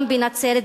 גם בנצרת,